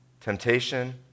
temptation